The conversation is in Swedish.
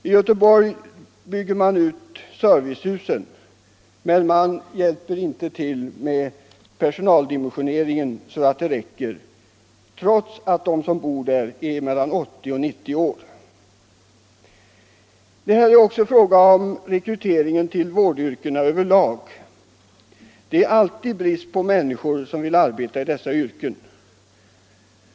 I Göteborg bygger man ut servicehusen, men man dimensionerar inte personalen så att den räcker, trots att de som bor i husen är mellan 80 och 90 år. Det här är också en fråga om rekryteringen till vårdyrkena över lag. Det är alltid brist på människor som vill arbeta i dessa yrken.